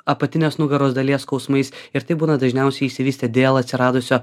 apatinės nugaros dalies skausmais ir tai būna dažniausiai išsivystė dėl atsiradusio